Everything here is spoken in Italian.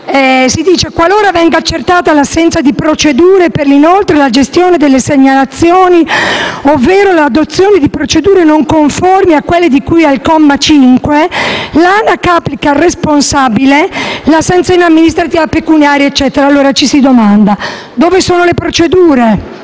infatti, che qualora venga accertata l'assenza di procedure per l'inoltro e la gestione delle segnalazioni, ovvero l'adozione di procedure non conformi a quelle di cui al comma 5, l'ANAC applica al responsabile la sanzione amministrativa pecuniaria. A tal proposito, sorgono delle domande. Dove sono le procedure?